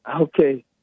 Okay